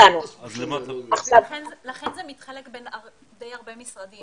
לומר לו שאם הוא רוצה לקבל מהר את האישור מישראל,